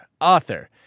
author